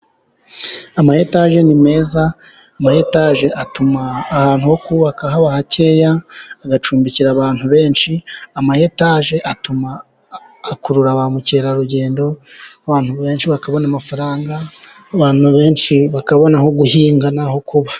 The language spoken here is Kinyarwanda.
Ama etaje ni meza, ama etaje atuma ahantu ho kubaka haba hakeya, agacumbikira abantu benshi, ama etaje atuma, akurura ba mukerarugendo, abantu benshi bakabona amafaranga, abantu benshi bakabona aho guhinga n'aho kuba.